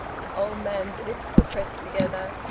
the old man's lips were pressed together,